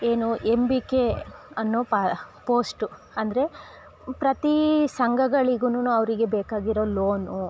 ಏನು M B K ಅನ್ನೋ ಪಾ ಪೋಸ್ಟು ಅಂದರೆ ಪ್ರತಿ ಸಂಘಗಳಿಗೂನುನು ಅವರಿವ್ರಿಗೆ ಬೇಕಾಗಿರೋ ಲೋನು